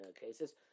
cases